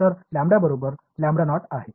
तर लॅम्बडा बरोबर lambda naught आहे